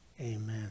Amen